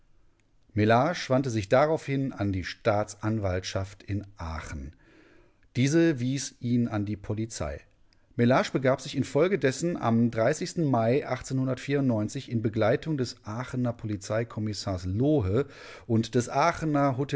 mellage wandte sich daraufhin hin an die staatsanwaltschaft in aachen diese wies ihn an die polizei mellage begab sich infolgedessen am mai in begleitung des aachener polizeikommissars lohe und des